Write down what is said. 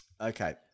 Okay